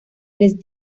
les